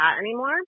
anymore